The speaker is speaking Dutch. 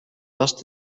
last